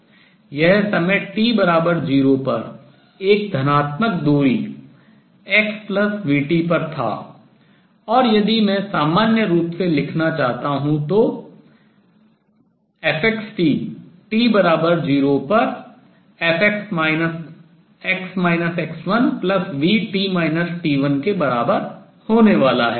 यह समय t 0 पर एक धनात्मक दूरी x v t पर था और यदि मैं सामान्य रूप से लिखना चाहता हूँ तो f x t t 0 पर f v के बराबर होने वाला है